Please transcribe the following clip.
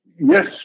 Yes